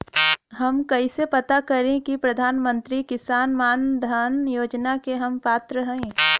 हम कइसे पता करी कि प्रधान मंत्री किसान मानधन योजना के हम पात्र हई?